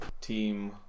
Team